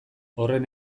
horren